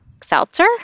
seltzer